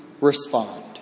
respond